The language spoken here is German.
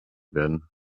werden